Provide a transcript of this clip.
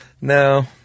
no